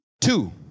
Two